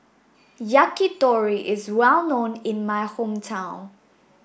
yakitori is well known in my hometown